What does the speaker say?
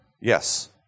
Yes